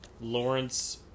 Lawrence